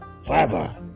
forever